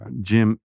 Jim